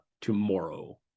tomorrow